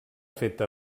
feta